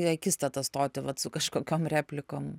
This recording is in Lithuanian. į akistatą stoti vat su kažkokiom replikom